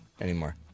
anymore